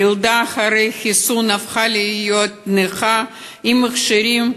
הילדה אחרי חיסון הפכה להיות נכה עם מכשירים.